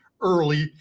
early